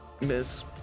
Miss